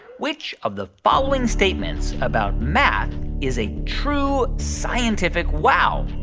which of the following statements about math is a true scientific wow?